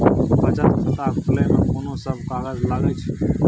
बचत खाता खुले मे कोन सब कागज लागे छै?